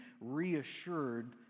reassured